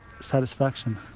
satisfaction